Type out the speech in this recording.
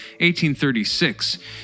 1836